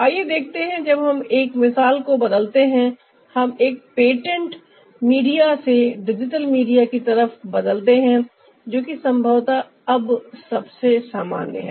आइए देखते हैं जब हम एक मिसाल को बदलते हैं हम एक पेंटेड मीडिया से डिजिटल मीडिया की तरफ बदलते हैं जो कि संभवत अब सबसे सामान्य है